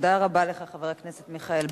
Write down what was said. תודה רבה לך, חבר הכנסת מיכאל בן-ארי.